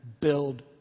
build